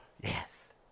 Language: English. yes